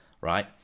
right